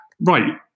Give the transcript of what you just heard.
right